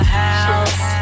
house